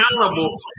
accountable